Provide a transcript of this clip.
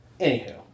Anywho